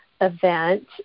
event